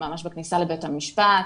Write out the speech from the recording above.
ממש בכניסה לבית המשפט,